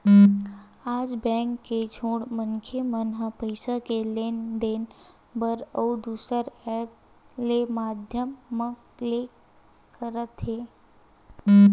आज बेंक के छोड़ मनखे मन ह पइसा के लेन देन बर अउ दुसर ऐप्स के माधियम मन ले करत हे